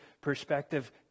perspective